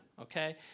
okay